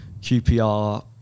QPR